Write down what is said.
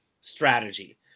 strategy